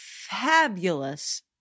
fabulous